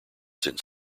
since